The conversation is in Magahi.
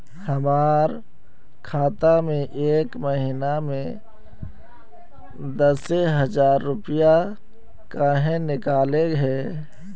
हमर खाता में एक महीना में दसे हजार रुपया काहे निकले है?